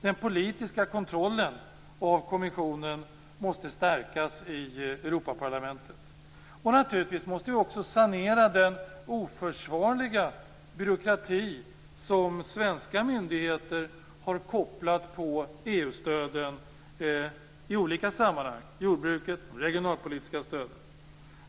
Den politiska kontrollen av kommissionen måste stärkas i Europaparlamentet. Naturligtvis måste vi också sanera den oförsvarliga byråkrati som svenska myndigheter har kopplat på EU-stöden i olika sammanhang, som för jordbruket och de regionalpolitiska stöden.